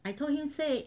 I told him say